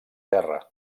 terra